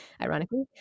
ironically